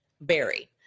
Berry